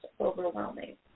overwhelming